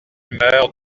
meurt